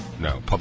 no